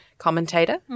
commentator